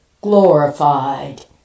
glorified